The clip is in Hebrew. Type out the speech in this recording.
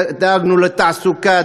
דאגנו לתעסוקה,